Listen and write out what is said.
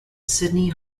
sydney